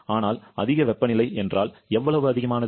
ஆனால் அதிக வெப்பநிலை என்றால் எவ்வளவு அதிகமானது